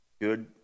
good